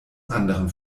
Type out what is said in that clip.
anderem